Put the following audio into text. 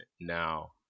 now